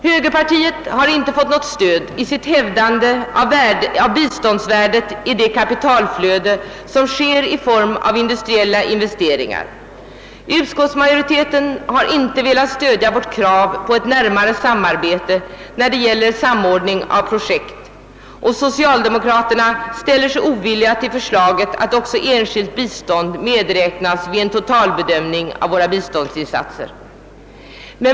Högerpartiet har inte fått något stöd i sitt hävdande av biståndsvärdet i det kapitalflöde som sker i form av industriella investeringar. Utskottsmajoriteten har inte velat stödja vårt krav på ett närmare samarbete när det gäller samordning av projekt. Socialdemokraterna ställer sig ovilliga till förslaget att också enskilt bistånd medräknas vid en totalbedömning av våra biståndsinsatser.